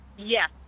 Yes